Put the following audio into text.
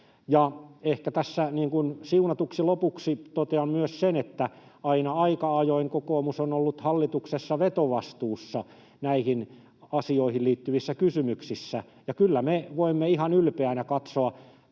niin kuin siunatuksi lopuksi totean myös sen, että aina aika ajoin kokoomus on ollut hallituksessa vetovastuussa näihin asioihin liittyvissä kysymyksissä, ja kyllä me voimme ihan ylpeinä katsoa